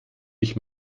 ich